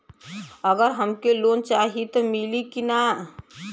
अगर हमके लोन चाही त मिली की ना?